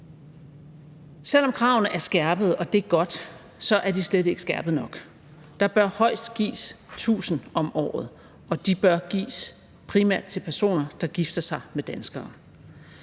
Selv om kravene er skærpet – og det er godt – er de slet ikke skærpet nok. Der bør højst gives 1.000 om året, og de bør primært gives til personer, der gifter sig med danskere.